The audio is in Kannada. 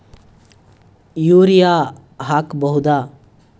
ಯೂರಿಯ ಹಾಕ್ ಬಹುದ?